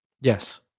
Yes